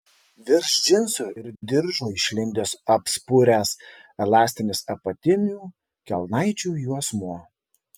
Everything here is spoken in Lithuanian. virš džinsų ir diržo išlindęs apspuręs elastinis apatinių kelnaičių juosmuo